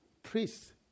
priests